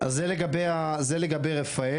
זה לגבי רפאל,